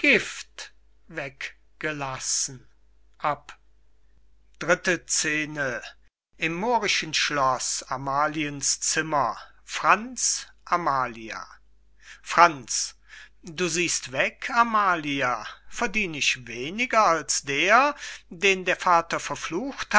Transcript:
weggelassen ab dritte scene im moorischen schloß amaliens zimmer franz amalia franz du siehst weg amalia verdien ich weniger als der den der vater verflucht